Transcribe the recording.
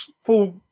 full